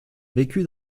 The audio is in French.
vécu